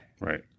Right